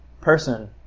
person